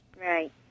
Right